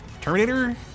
Terminator